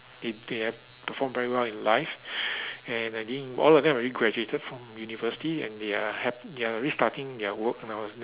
if they have performed very well in life and I think all of them have already graduated from university and they are hap~ they are restarting their work now